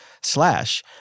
slash